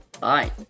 Bye